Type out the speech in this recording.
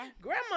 grandma